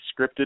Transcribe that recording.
scripted